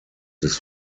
des